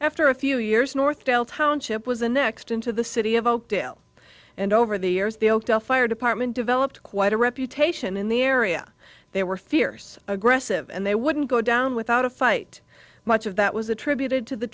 after a few years north dale township was the next into the city of oakdale and over the years the oakdale fire department developed quite a reputation in the area there were fears aggressive and they wouldn't go down without a fight much of that was attributed to the